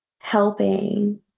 helping